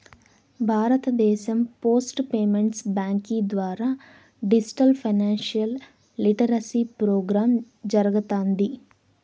భారతదేశం post payments బ్యాంకీ ద్వారా డిజిటల్ ఫైనాన్షియల్ లిటరసీ ప్రోగ్రామ్ జరగతాంది